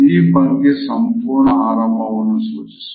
ಈ ಭಂಗೀ ಸಂಪೂರ್ಣ ಆರಾಮವನ್ನು ಸೂಚಿಸುತ್ತದೆ